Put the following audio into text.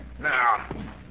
Now